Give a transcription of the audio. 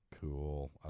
Cool